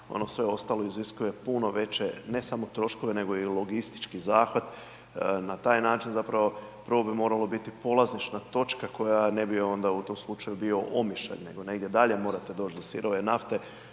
ono sve ostalo iziskuje puno veće, ne samo troškove, nego i logistički zahvat. Na taj način, zapravo, prvo bi morala biti polazišna točka, koja ne bi onda u tom slučaju bio Omišalj, nego negdje dalje morate doći do sirove nafte.